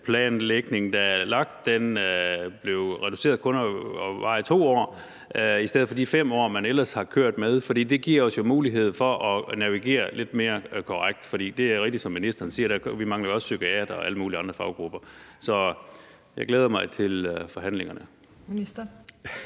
specialeplanlægning, der er lagt, blev reduceret til kun at vare i 2 år i stedet for de 5 år, man ellers har kørt med, for det giver os jo mulighed for at navigere lidt mere korrekt. For det er jo rigtigt, som ministeren siger, at vi også mangler psykiatere og alle mulige andre faggrupper. Så jeg glæder mig til forhandlingerne.